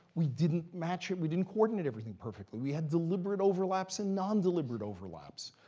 we didn't match it we didn't coordinate everything perfectly. we had deliberate overlaps and non-deliberate overlaps.